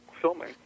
filming